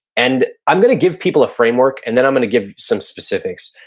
and i'm gonna give people a framework and then i'm gonna give some specifics,